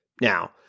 Now